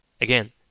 again